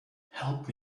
help